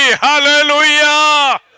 Hallelujah